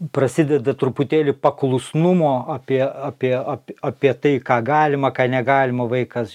prasideda truputėlį paklusnumo apie apie ap apie tai ką galima ką negalima vaikas